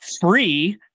free